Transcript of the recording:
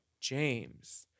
James